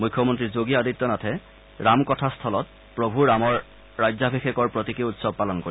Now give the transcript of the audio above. মুখ্যমন্ত্ৰী যোগী আদিত্য নাথে ৰামকথা স্থলত প্ৰভু ৰামৰ ৰাজ্যাভিষেকৰ প্ৰতীকি উৎসৱ পালন কৰিব